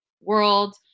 world